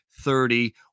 thirty